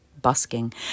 busking